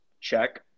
check